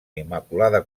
immaculada